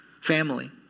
family